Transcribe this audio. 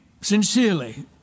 sincerely